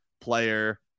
player